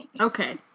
Okay